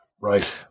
right